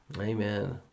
Amen